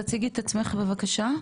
תציגי את עצמך בבקשה.